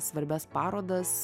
svarbias parodas